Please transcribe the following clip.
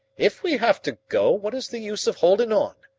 if we have to go, what is the use of holdin' on?